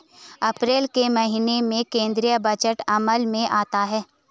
अप्रैल के महीने में केंद्रीय बजट अमल में आता है